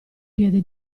piede